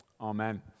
Amen